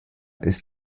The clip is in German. ist